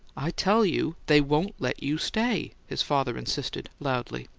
i tell you they won't let you stay, his father insisted, loudly.